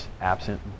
absent